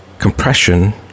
Compression